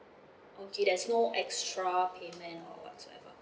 okay there's no extra payment or whatsoever